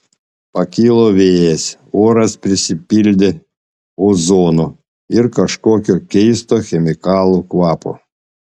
pakilo vėjas oras prisipildė ozono ir kažkokio keisto chemikalų kvapo